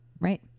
right